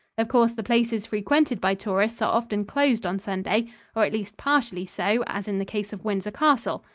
of course the places frequented by tourists are often closed on sunday or at least partially so, as in the case of windsor castle,